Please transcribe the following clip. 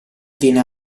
viene